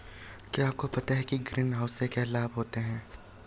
क्या आपको पता है ग्रीनहाउस से क्या लाभ होता है?